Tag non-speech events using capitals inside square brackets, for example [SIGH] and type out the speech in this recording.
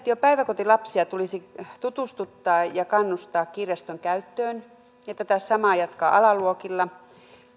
[UNINTELLIGIBLE] jo päiväkotilapsia tulisi tutustuttaa ja kannustaa kirjaston käyttöön ja tätä samaa jatkaa alaluokilla